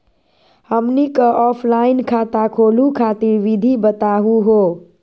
हमनी क ऑफलाइन खाता खोलहु खातिर विधि बताहु हो?